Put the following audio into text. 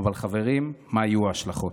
אבל חברים, מה יהיו ההשלכות?